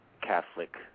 Catholic